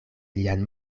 lian